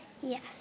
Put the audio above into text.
Yes